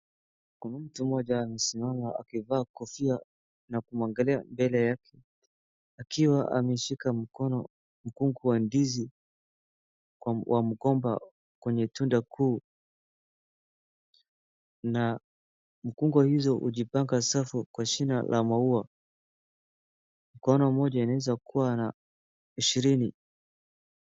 Kuna mtu mmoja amesimama akivaa kofia na ukiangalia mbele yake akiwa ameshika mkono mkungu wa ndizi wa mgomba kwenye tunda kuu na mkungu huo hujipaka safu kwa shina la maua mkono mmoja inaweza kuwa na ishirini.